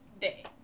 Day